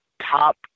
top